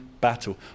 battle